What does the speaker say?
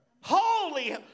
holy